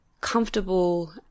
comfortable